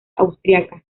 austríaca